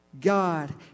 God